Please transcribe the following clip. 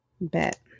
bet